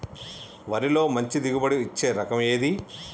వరిలో మంచి దిగుబడి ఇచ్చే రకం ఏది?